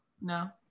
no